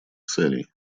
целей